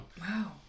Wow